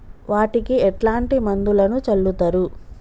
వాటికి ఎట్లాంటి మందులను చల్లుతరు?